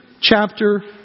chapter